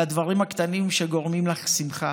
על הדברים הקטנים שגורמים לך שמחה,